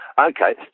Okay